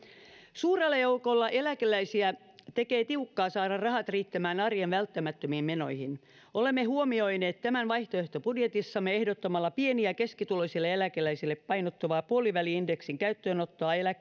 suurella joukolla eläkeläisiä tekee tiukkaa saada rahat riittämään arjen välttämättömiin menoihin olemme huomioineet tämän vaihtoehtobudjetissamme ehdottamalla pieni ja keskituloisille eläkeläisille painottuvan puoliväli indeksin käyttöönottoa